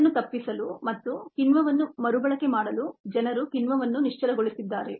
ಅದನ್ನು ತಪ್ಪಿಸಲು ಮತ್ತು ಕಿಣ್ವವನ್ನು ಮರುಬಳಕೆ ಮಾಡಲು ಕಿಣ್ವವನ್ನು ನಿಶ್ಚಲಗೊಳಿಸಲಾಗಿದೆ